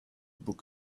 book